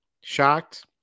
Shocked